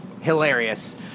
hilarious